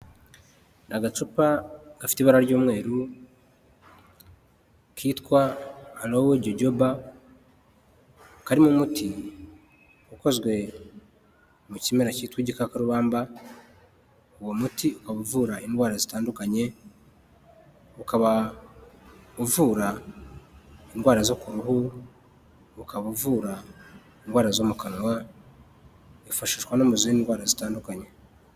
Agacupa gafite ibara ry'umweru, kitwa alowe jyojyoba karimo umuti ukozwe mu kimera kitwa Igikakarubamba. Uwo muti ukaba uvura indwara zitandukanye, ukaba uvura indwara zo ku ruhu, ukaba uvura indwara zo mu kanwa, wifashishwa no mu zindi ndwara zitandukanye.